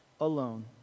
alone